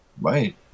Right